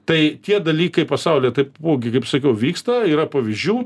tai tie dalykai pasaulyje taipogi kaip sakiau vyksta yra pavyzdžių